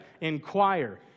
Inquire